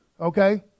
Okay